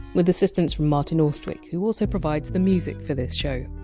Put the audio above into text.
with assistance from martin austwick, who also provides the music for this show.